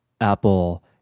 Apple